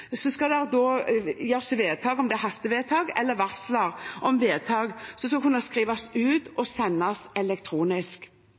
vedtak – om det er hastevedtak eller varsel om vedtak – som skal kunne skrives ut